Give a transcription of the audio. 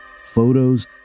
photos